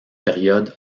période